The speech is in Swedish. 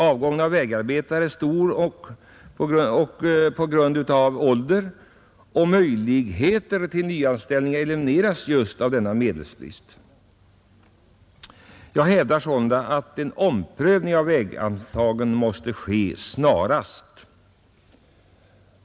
Avgången av vägarbetare är stor och möjligheterna till nyanställning elimineras just av denna medelsbrist. Jag hävdar sålunda att en omprövning av väganslagen måste ske snarast.